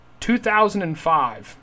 2005